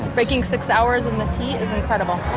breaking six hours in this heat is incredible.